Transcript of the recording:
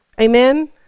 amen